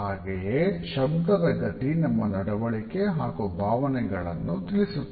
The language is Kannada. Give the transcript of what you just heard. ಹಾಗೆಯೆ ಶಬ್ದದ ಗತಿ ನಮ್ಮ ನಡವಳಿಕೆ ಹಾಗು ಭವನಗೆಳನ್ನು ತಿಳಿಸುತ್ತದೆ